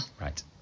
Right